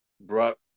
brought